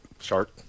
shark